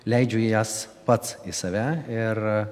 leidžiu jas pats į save ir